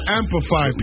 amplify